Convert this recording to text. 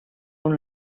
com